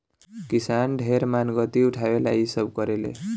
किसान ढेर मानगती उठावे ला इ सब करेले